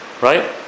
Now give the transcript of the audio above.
Right